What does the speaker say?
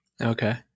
Okay